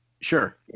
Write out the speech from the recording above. Sure